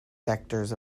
sectors